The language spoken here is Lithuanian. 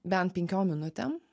bent penkiom minutėm